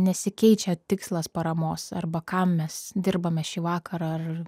nesikeičia tikslas paramos arba kam mes dirbame šįvakar ar